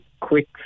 Quick